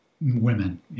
women